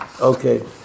Okay